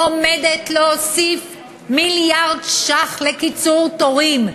עומדת להוסיף מיליארד ש"ח לקיצור תורים.